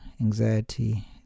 anxiety